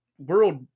World